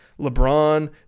LeBron